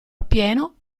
appieno